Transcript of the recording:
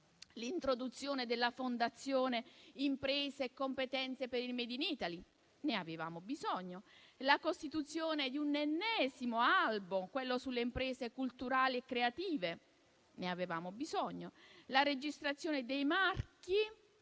l'introduzione della Fondazione impresa e competenze per il *made in Italy*: ne avevamo bisogno; la costituzione di un ennesimo albo, quello sulle imprese culturali e creative: ne avevamo bisogno; la registrazione dei marchi